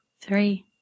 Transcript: three